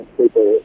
people